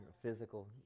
physical